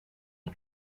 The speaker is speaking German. die